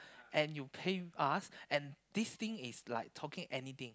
and you pain us and this thing is like talking anything